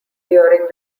during